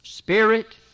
Spirit